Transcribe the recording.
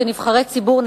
כנבחרי ציבור,